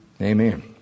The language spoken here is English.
Amen